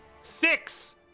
six